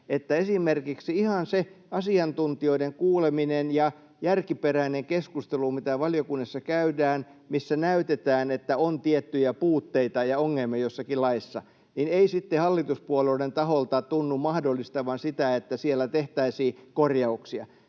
esimerkiksi ihan se asiantuntijoiden kuuleminen ja järkiperäinen keskustelu, mitä valiokunnissa käydään ja missä näytetään, että on tiettyjä puutteita ja ongelmia jossakin laissa, ei sitten hallituspuolueiden taholta tunnu mahdollistavan sitä, että siellä tehtäisiin korjauksia.